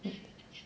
!hais!